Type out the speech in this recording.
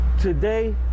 today